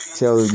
tell